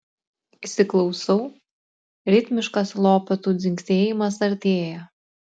įsiklausau ritmiškas lopetų dzingsėjimas artėja